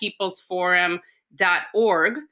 peoplesforum.org